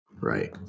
Right